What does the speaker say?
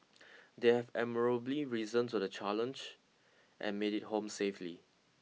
they have admirably risen to the challenge and made it home safely